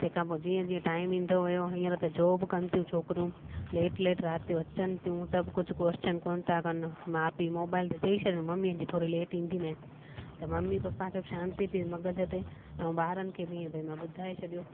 तंहिं खां पोइ जीअं जीअं टाइम ईंदो वियो हींअर त जॉब कनि थियूं छोकिरियूं लेट लेट राति जो अचनि थियूं त बि कुझु क्वॉचन कोनि था कनि माउ पीउ मोबाइल ते चेई छॾो मम्मी अॼु थोरो लेट ईंदीमांई त मम्मी पप्पा खे बि शांति थिए मग़ज़ ते ऐं ॿारनि खे बि भई मां ॿुधाए छॾियो